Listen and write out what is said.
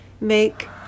make